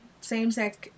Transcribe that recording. same-sex